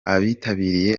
abitabiriye